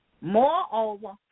Moreover